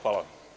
Hvala.